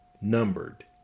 numbered